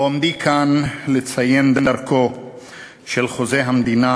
בעומדי כאן לציין דרכו של חוזה המדינה